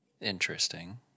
Interesting